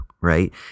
right